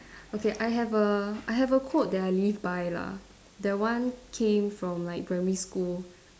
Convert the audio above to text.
okay I have a I have a quote that I live by lah that one came from like primary school